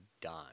done